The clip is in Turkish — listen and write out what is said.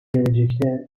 gelecekte